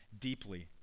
deeply